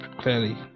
clearly